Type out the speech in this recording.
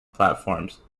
platforms